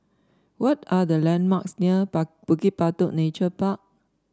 what are the landmarks near bar Bukit Batok Nature Park